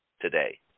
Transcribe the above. today